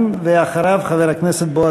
חבר הכנסת מסעוד גנאים,